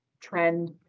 trend